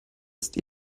ist